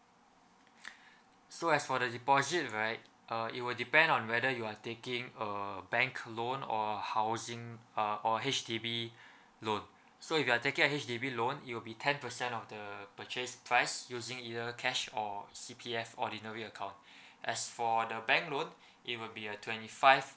so as for the deposit right uh it will depend on whether you are taking a bank loan or housing uh or H_D_B loan so if you are taking a H_D_B loan it will be ten percent of the purchase price using either cash or C_P_F ordinary account as for the bank loan it will be a twenty five